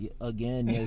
again